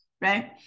right